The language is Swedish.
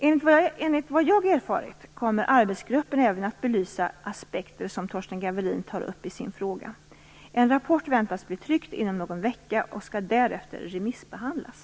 Enligt vad jag erfarit kommer arbetsgruppen även att belysa aspekter som Torsten Gavelin tar upp i sin fråga. En rapport väntas bli tryckt inom någon vecka och skall därefter remissbehandlas.